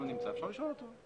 אפשר לשאול את רון דול.